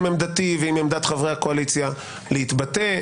עמדתי ועם עמדת חברי הקואליציה להתבטא,